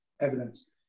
evidence